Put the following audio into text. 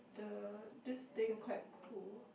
the this thing quite cool